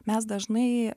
mes dažnai